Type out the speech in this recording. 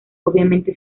obviamente